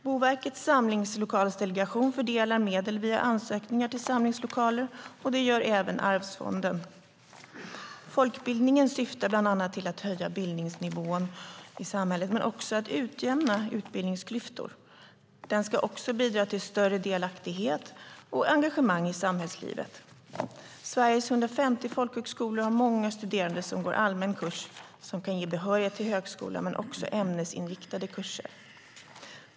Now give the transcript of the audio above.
Boverkets samlingslokalsdelegation fördelar medel via ansökningar till samlingslokaler, och det gör även Arvsfonden. Folkbildningen syftar bland annat till att höja bildningsnivån i samhället och utjämna utbildningsklyftor. Den ska också bidra till större delaktighet och engagemang i samhällslivet. På Sveriges 150 folkhögskolor går många studerande allmän kurs, som kan ge behörighet till högskola, men också ämnesinriktade kurser.